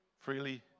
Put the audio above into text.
Freely